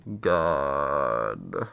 god